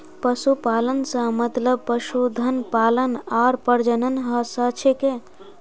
पशुपालन स मतलब पशुधन पालन आर प्रजनन स छिके